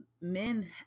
men